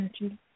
energy